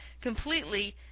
completely